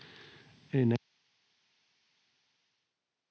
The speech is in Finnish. Kiitos,